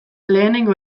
lehenengo